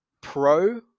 pro